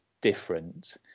different